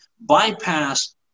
bypass